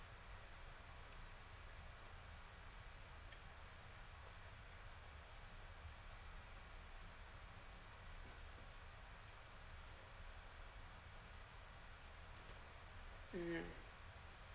mm